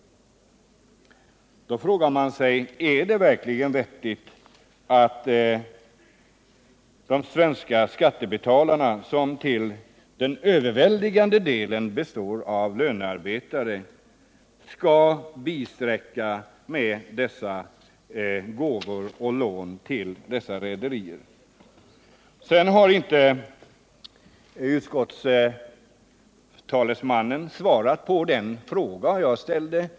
Då frågar man sig: Är det verkligen vettigt att de svenska skattebetalarna, som till övervägande delen består av lönearbetare, bisträcker rederierna genom gåvor och lån? Utskottstalesmannen har inte svarat på den fråga jag ställde.